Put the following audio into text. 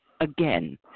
again